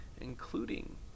including